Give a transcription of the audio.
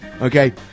okay